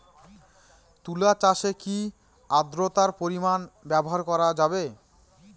তুলা চাষে কি আদ্রর্তার পরিমাণ ব্যবহার করা যাবে?